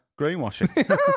greenwashing